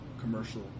commercial